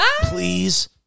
Please